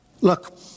Look